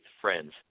friends